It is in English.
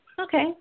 Okay